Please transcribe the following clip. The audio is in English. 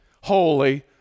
holy